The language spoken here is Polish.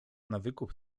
nawyków